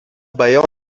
بیان